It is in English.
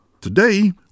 Today